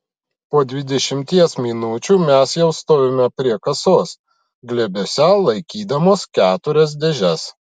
po dvidešimties minučių mes jau stovime prie kasos glėbiuose laikydamos keturias dėžes